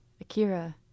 Akira